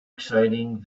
exciting